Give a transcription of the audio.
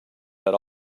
that